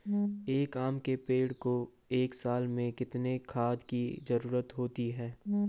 एक आम के पेड़ को एक साल में कितने खाद की जरूरत होती है?